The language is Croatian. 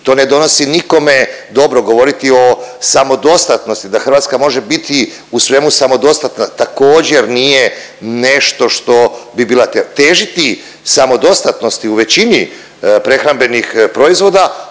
to ne donosi nikome dobro govoriti o samodostatnosti, da Hrvatska može biti u svemu samodostatna, također, nije nešto što bi bila tema. Težiti samodostatnosti u većini prehrambenih proizvoda,